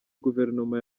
guverinoma